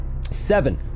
Seven